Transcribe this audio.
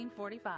1945